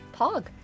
Pog